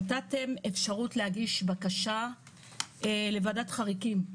נתתם אפשרות להגיש בקשה לוועדת חריגים.